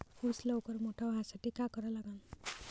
ऊस लवकर मोठा व्हासाठी का करा लागन?